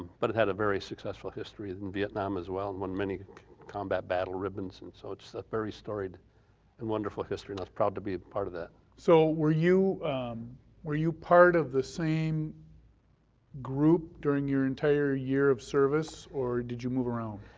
but it had a very successful history in and vietnam as well won many combat battle ribbons and so it's a very storied and wonderful history and i was proud to be part of that. so were you were you part of the same group during your entire year of service or did you move around?